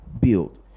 build